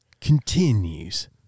continues